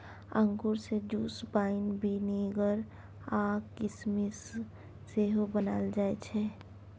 अंगुर सँ juice, wine, vinegar आ किसमिस सेहो बनाएल जाइ छै